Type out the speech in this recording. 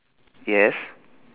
yes